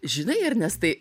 žinai ernestai